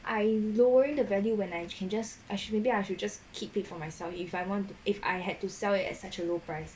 I lowering the value when I can just I should maybe I should just keep it for myself if I want if I had to sell it at such a low price